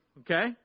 okay